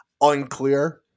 unclear